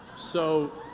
so.